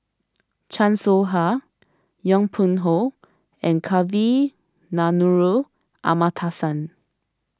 Chan Soh Ha Yong Pung How and Kavignareru Amallathasan